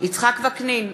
יצחק וקנין,